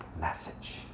message